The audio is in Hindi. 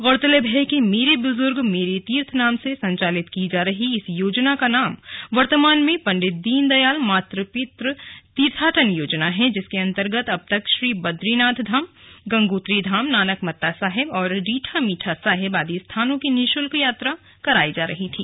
गौरतलब है कि मेरे ब्जूर्ग मेरे तीर्थ नाम से संचालित की जा रही इस योजना का नाम वर्तमान में पंडित दीनदयाल मात्र पित तीर्थाटन योजना है जिसके अन्तर्गत अब तक श्री बद्रीनाथ धाम गंगोत्री धाम नानकमत्ता साहिब और रीठा मीठा साहिब आदि स्थानों की निश्ल्क यात्रा करायी जा रही थी